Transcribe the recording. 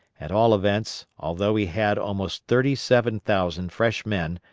at all events, although he had almost thirty-seven thousand fresh men,